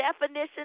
definition